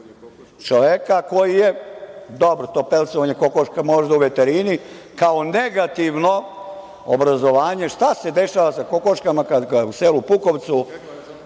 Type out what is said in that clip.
čoveka koji je, dobro to pelcovanje kokoški možda u veterini, kao negativno obrazovanje, šta se dešava sa kokoškama u selu Pukovcu